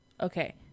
Okay